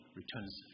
returns